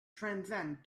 transcend